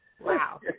Wow